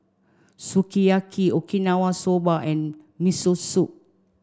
Sukiyaki Okinawa Soba and Miso Soup